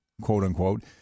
quote-unquote